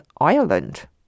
Ireland